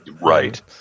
Right